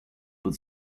but